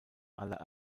aller